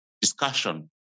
discussion